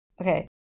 Okay